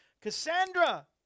Cassandra